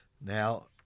Now